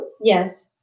Yes